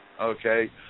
okay